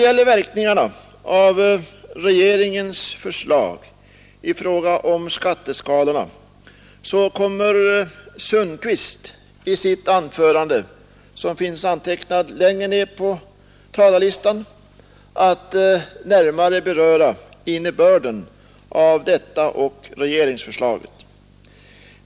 Herr Sundkvist, som finns antecknad längre ned på talarlistan, kommer i sitt anförande att närmare redogöra för innebörden och verkningarna av regeringens förslag i fråga om skatteskalorna.